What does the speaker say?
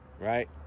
Right